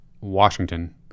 Washington